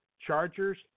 Chargers